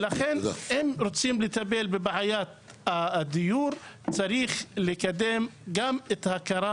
לכן אם רוצים לטפל בבעיית הדיור צריך לקדם גם את ההכרה